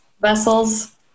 vessels